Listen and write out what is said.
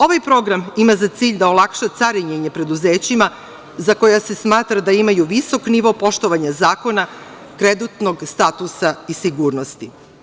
Ovaj program ima za cilj da olakša carinjenje preduzećima za koja se smatra da imaju visok nivo poštovanja zakona, kreditnog statusa i sigurnosti.